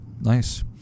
Nice